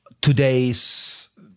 today's